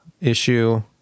issue